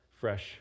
fresh